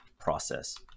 process